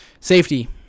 Safety